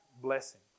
blessing